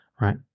right